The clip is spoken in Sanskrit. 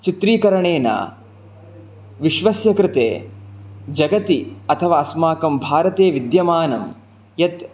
चित्रीकरणेन विश्वस्य कृते जगति अथवा अस्माकं भारते विद्यमानं यत्